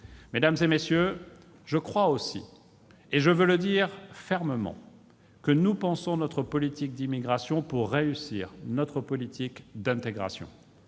Mesdames, messieurs les sénateurs, je veux le dire fermement : nous pensons notre politique d'immigration pour réussir notre politique d'intégration.